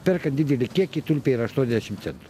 perkant didelį kiekį tulpėyra aštuoniasdešimt centų